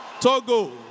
Togo